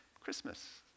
Christmas